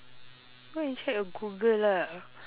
go and check your google lah